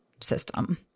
system